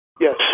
Yes